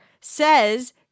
says